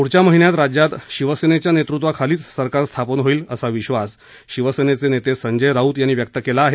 पुढच्या महिन्यात राज्यात शिवसेनेच्या नेतृत्वाखाली सरकार स्थापन होईल असा विश्वास शिवसेना नेते संजय राऊत यांनी व्यक्त केला आहे